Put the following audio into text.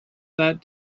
that